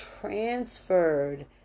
transferred